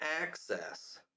access